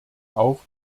auch